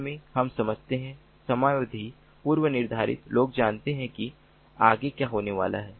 TDMA हम समझते हैं समयावधि पूर्वनिर्धारित लोग जानते हैं कि आगे क्या होने वाला है